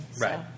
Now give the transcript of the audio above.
Right